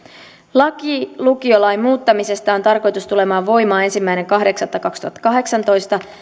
laki lukiolain muuttamisesta on tarkoitettu tulemaan voimaan ensimmäinen kahdeksatta kaksituhattakahdeksantoista